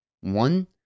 One